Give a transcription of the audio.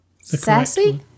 Sassy